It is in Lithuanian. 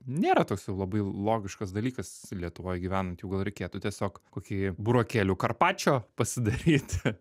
nėra toks jau labai logiškas dalykas lietuvoj gyvenant jau gal reikėtų tiesiog kokį burokėlių karpačio pasidaryti